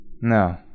No